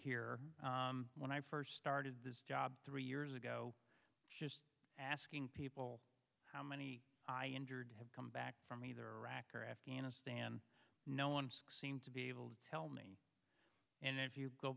here when i first started this job three years ago just asking people how many injured have come back from either rock or afghanistan no one seemed to be able to tell me and if you go